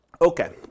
Okay